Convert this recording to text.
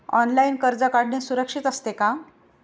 Online कर्ज काढणे सुरक्षित असते का?